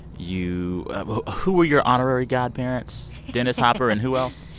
you who were your honorary godparents dennis hopper and who else?